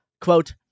quote